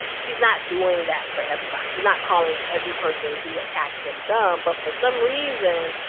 he's not doing that for everybody. he's not calling every person who attacks him dumb. but for some reason,